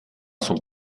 son